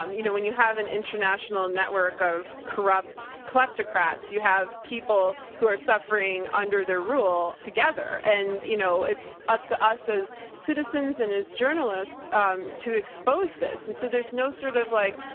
um you know, when you have an international network of corrupt kleptocrats, you have people who are suffering under their rule together. and you know, it's up to us as citizens and as journalists um to expose this, and so there's no sort of like,